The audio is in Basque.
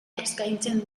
eskaintzen